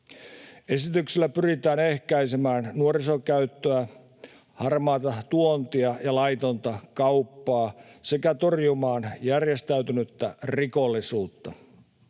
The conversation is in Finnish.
Esityksellä pyritään ehkäisemään nuorisokäyttöä, harmaata tuontia ja laitonta kauppaa sekä torjumaan järjestäytynyttä rikollisuutta.